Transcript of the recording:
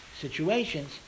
situations